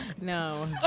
No